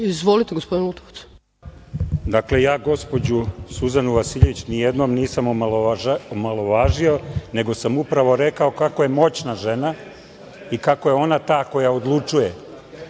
Lutovac. **Zoran Lutovac** Dakle, ja gospođu Suzanu Vasiljević nijednom nisam omalovažio, nego sam upravo rekao kako je moćna žena i kako je ona ta koja odlučuje.S